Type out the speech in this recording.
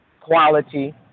quality